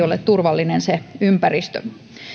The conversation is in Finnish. ole turvallinen se ympäristö